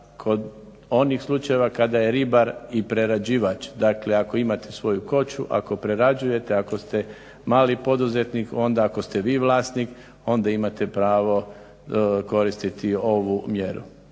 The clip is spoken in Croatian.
kod onih slučajeva kada je ribar i prerađivač. Dakle, ako imate svoju koču, ako prerađujete, ako ste mali poduzetnik onda ako ste vi vlasnik onda imate pravo koristiti ovu mjeru.